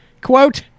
quote